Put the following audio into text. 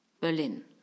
Berlin